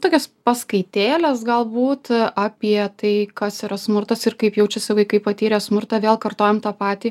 tokias paskaitėles galbūt apie tai kas yra smurtas ir kaip jaučiasi vaikai patyrę smurtą vėl kartojam tą patį